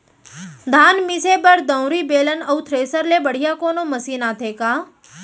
धान मिसे बर दंवरि, बेलन अऊ थ्रेसर ले बढ़िया कोनो मशीन आथे का?